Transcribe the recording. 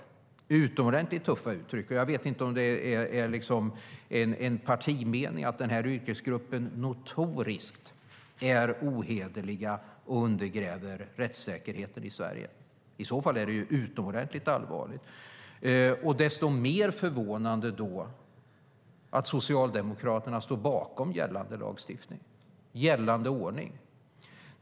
Det är utomordentligt tuffa uttryck, och jag vet inte om det är en partimening att den här yrkesgruppen notoriskt är ohederlig och undergräver rättssäkerheten i Sverige. I så fall är det utomordentligt allvarligt. Desto mer förvånande är det då att Socialdemokraterna står bakom gällande lagstiftning, gällande ordning.